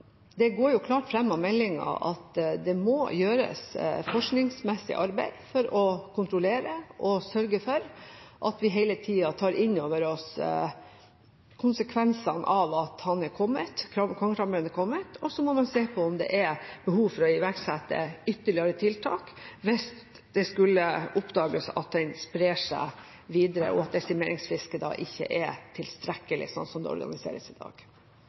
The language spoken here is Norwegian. Det går klart fram av meldingen at det må gjøres et forskningsmessig arbeid for å kontrollere og sørge for at vi hele tida tar inn over oss konsekvensene av at kongekrabben er kommet. Så må man se om det er behov for å iverksette ytterligere tiltak hvis det skulle oppdages at den sprer seg videre, og at desimeringsfisket ikke er tilstrekkelig sånn som det organiseres i dag.